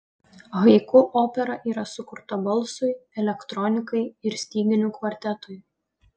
haiku opera yra sukurta balsui elektronikai ir styginių kvartetui